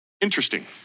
Interesting